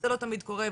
זה לא תמיד קורה,